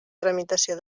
tramitació